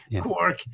quark